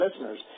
listeners